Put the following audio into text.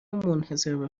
منحصربه